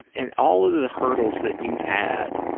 in all of the hurdles that you've had,